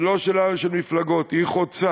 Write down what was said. היא לא שאלה של מפלגות, היא חוצה.